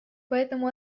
поэтому